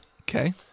Okay